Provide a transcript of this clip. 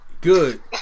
Good